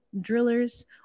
Drillers